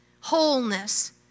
wholeness